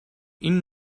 این